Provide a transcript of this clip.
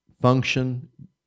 function